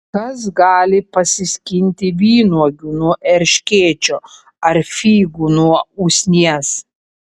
kas gali pasiskinti vynuogių nuo erškėčio ar figų nuo usnies